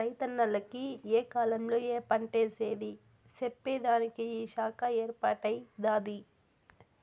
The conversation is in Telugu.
రైతన్నల కి ఏ కాలంలో ఏ పంటేసేది చెప్పేదానికి ఈ శాఖ ఏర్పాటై దాది